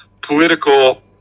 political